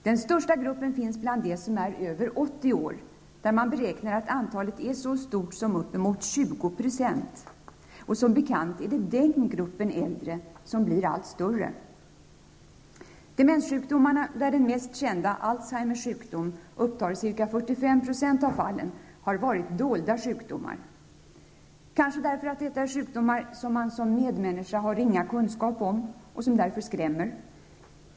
Den största gruppen finns bland dem som är över 80 år, där man beräknar att antalet är så stort som uppemot 20 %. Och som bekant är det den gruppen äldre som blir allt större. Alzheimers sjukdom, upptar cirka 45 % av fallen -- har varit dolda sjukdomar. Kanske därför att detta är sjukdomar som man som medmänniska har ringa kunskap om och som därför skrämmer.